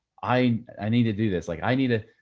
i i need to do this. like i need to,